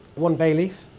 one bay leaf,